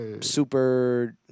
super